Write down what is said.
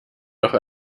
doch